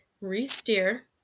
re-steer